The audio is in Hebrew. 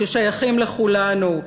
ששייכים לכולנו,